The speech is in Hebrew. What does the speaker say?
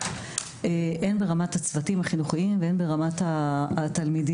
הן ברמת הצוותים החינוכיים והן ברמת התלמידים.